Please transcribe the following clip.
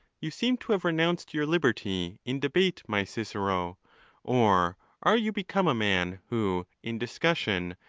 you seem to have renounced your liberty in debate, my cicero or are you become a man who, in dis cussion,